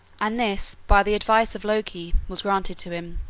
and this by the advice of loki was granted to him.